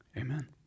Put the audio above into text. Amen